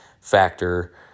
factor